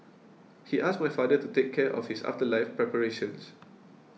he asked my father to take care of his afterlife preparations